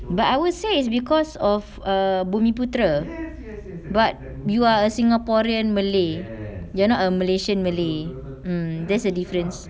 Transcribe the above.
but I would say it's because of err bumiputera but you are a singaporean malay you are not a malaysian malay mm there's a difference